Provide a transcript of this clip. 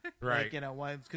Right